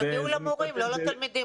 שיביאו למורים, לא לתלמידים.